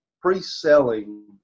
pre-selling